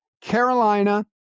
Carolina